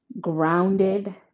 grounded